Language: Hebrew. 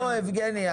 לא, יבגני.